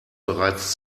bereits